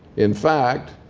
in fact,